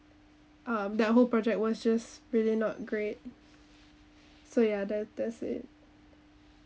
um that whole project was just really not great so ya that that's it